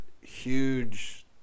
huge